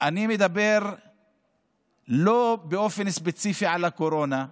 אני מדבר לא באופן ספציפי על הקורונה,